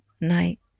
night